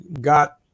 got